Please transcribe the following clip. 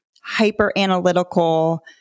hyper-analytical